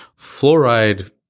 fluoride